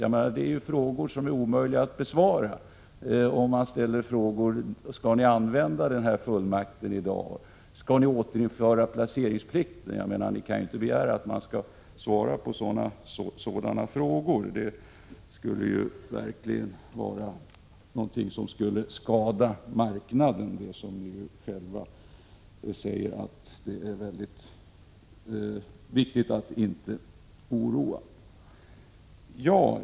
Frågorna blir ju omöjliga att besvara om man undrar: Skall ni använda den här fullmakten i dag? Skall 37 ni återinföra placeringsplikten? Ni kan inte begära att man skall svara på sådana frågor — det skulle verkligen skada marknaden. Ni säger själva att det är väldigt viktigt att inte oroa marknaden.